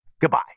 goodbye